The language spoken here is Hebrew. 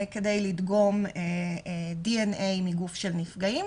כדי לדגום דנ"א מגוף של נפגעים.